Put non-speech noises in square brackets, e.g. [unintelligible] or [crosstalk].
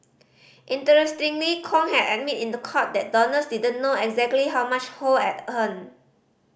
interestingly Kong had admitted in the court that donors did not know exactly how much Ho had [unintelligible]